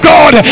God